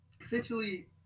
Essentially